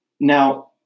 Now